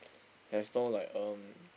has no like um